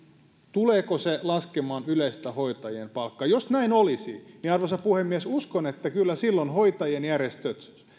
tuleeko se laskemaan yleistä hoitajien palkkaa niin jos näin olisi arvoisa puhemies uskon että kyllä silloin hoitajien järjestöt